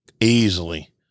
easily